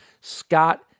Scott